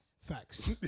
Facts